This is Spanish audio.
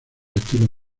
estilos